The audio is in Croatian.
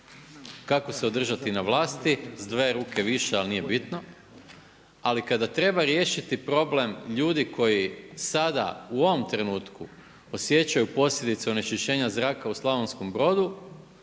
kako se održati na vlasti s dve ruke više ali nije bitno. Ali kada treba riješiti problem ljudi koji sada u ovome trenutku osjećaju posljedice onečišćenja zraka u Slavonskom Brodu,